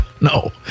No